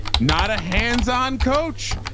not a hands-on coach,